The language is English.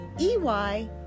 E-Y